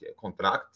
contract